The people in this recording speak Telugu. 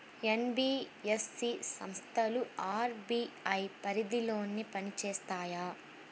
ఎన్.బీ.ఎఫ్.సి సంస్థలు అర్.బీ.ఐ పరిధిలోనే పని చేస్తాయా?